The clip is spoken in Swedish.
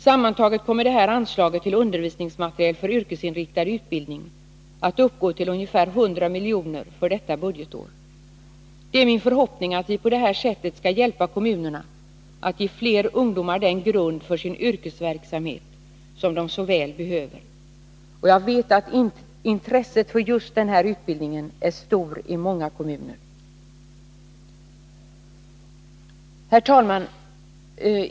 Sammantaget kommer det här anslaget till undervisningsmateriel för yrkesinriktad utbildning att uppgå till ungefär 100 milj.kr. för detta budgetår. Det är min förhoppning att vi på det här sättet skall hjälpa kommunerna att ge flera ungdomar den grund för sin yrkesverksamhet som de så väl behöver. Jag vet att intresset för just den här utbildningen är stort i många kommuner. Herr talman!